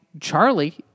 Charlie